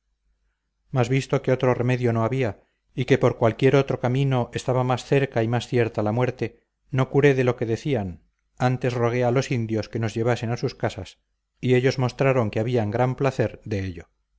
mas visto que otro remedio no había y que por cualquier otro camino estaba más cerca y más cierta la muerte no curé de lo que decían antes rogué a los indios que nos llevasen a sus casas y ellos mostraron que habían gran placer de ello